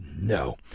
No